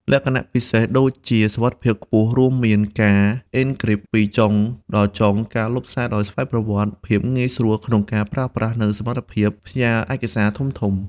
លក្ខណៈពិសេសដូចជាសុវត្ថិភាពខ្ពស់ រួមមាន ការអ៊ិនគ្រីបពីចុងដល់ចុង ការលុបសារដោយស្វ័យប្រវត្តិ ភាពងាយស្រួលក្នុងការប្រើប្រាស់ និងសមត្ថភាពផ្ញើឯកសារធំៗ។